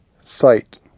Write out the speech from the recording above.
sight